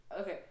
Okay